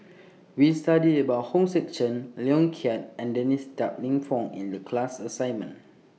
We studied about Hong Sek Chern Lee Yong Kiat and Dennis Tan Lip Fong in The class assignment